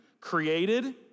created